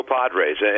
Padres